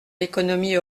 l’économie